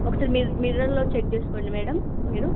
ఒకసారి మీరు మిర్రర్లో చెక్ చేసుకోండి మేడమ్ మీరు